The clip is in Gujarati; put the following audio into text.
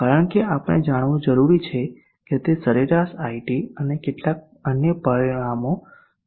કારણ કે આપણે જાણવું જરૂરી છે કે તે સરેરાશ iT અને કેટલાક અન્ય પરિમાણો શું છે